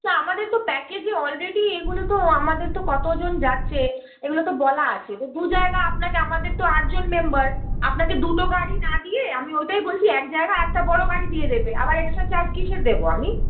সে আমাদের তো প্যাকেজে অলরেডি এগুলো তো আমাদের তো কতোজন যাচ্ছে এগুলো তো বলা আছে তো দু জায়গা আপনাকে আমাদের তো আটজন মেম্বার আপনাকে দুটো গাড়ি না দিয়ে আমি ওইটাই বলছি এক জায়গা একটা বড়ো গাড়ি দিয়ে দেবে আবার এক্সট্রা চার্জ কিসের দেবো আমি